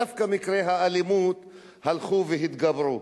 דווקא מקרי האלימות הלכו והתגברו.